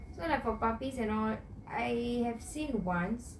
so like for puppies and all I have seen once